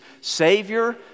savior